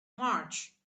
march